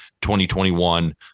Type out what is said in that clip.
2021